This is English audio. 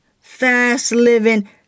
fast-living